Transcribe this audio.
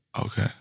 Okay